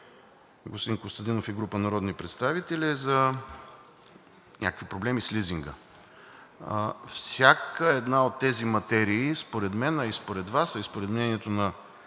господин Костадинов и група народни представители, е за някакви проблеми с лизинга. Всяка една от тези материи според мен, а и според Вас, а и според мнението на